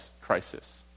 crisis